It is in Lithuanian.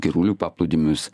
girulių paplūdimius